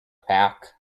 pack